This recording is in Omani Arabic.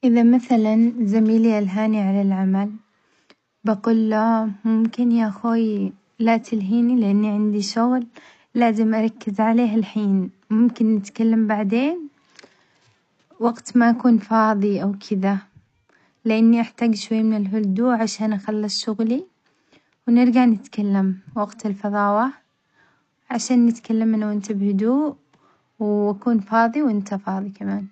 إذا مثلًا زميلي ألهاني عن العمل بقول له ممكن ياخوي ما تلهيني لأني عندي شغل لازم أركز عليه هالحين، ممكن نتكلم بعدين وقت ما أكون فاظي أو كدة لأني أحتاج شوية من الهدوء عشان أخلص شغلي ونرجع نتكلم وقت الفظاوة عشان نتكلم أنا وأنت بهدوء وأكون فاظي وأنت فاظي كمان.